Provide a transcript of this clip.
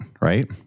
right